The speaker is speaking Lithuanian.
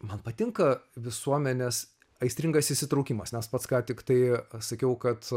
man patinka visuomenės aistringas įsitraukimas nes pats ką tiktai sakiau kad